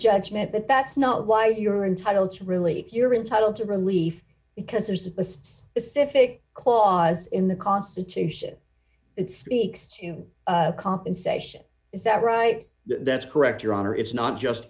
judgment but that's not why you're entitled to really you're entitle to relief because there's a specific clause in the constitution it speaks to compensation is that right that's correct your honor it's not just